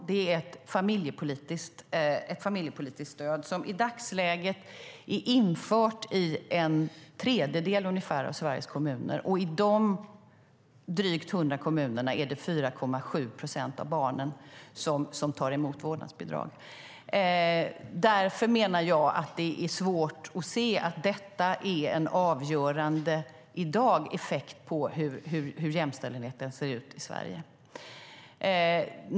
Det är ett familjepolitiskt stöd, som i dagsläget är infört i ungefär en tredjedel av Sveriges kommuner, och i de drygt 100 kommunerna är det 4,7 procent av barnen som tar emot vårdnadsbidrag. Därför menar jag att det är svårt att se att detta i dag har en avgörande effekt på hur jämställdheten ser ut i Sverige.